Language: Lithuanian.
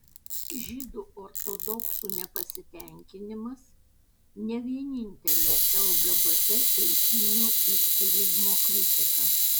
žydų ortodoksų nepasitenkinimas ne vienintelė lgbt eitynių ir turizmo kritika